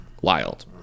Wild